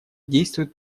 действует